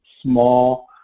small